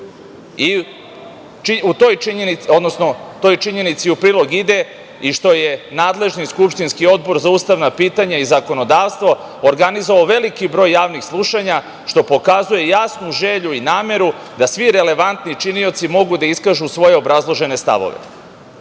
i nepristrasan. Toj činjenici u prilog ide i što je nadležni skupštinski Odbor za ustavna pitanja i zakonodavstvo organizovao veliki broj javnih slušanja, što pokazuje jasnu želju i nameru da svi relevantni činioci mogu da iskažu svoje obrazložene stavove,